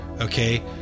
okay